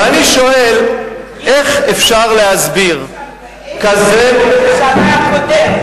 ואני שואל, איך אפשר להסביר כזה, הממשלה הקודמת.